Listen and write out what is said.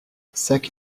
sec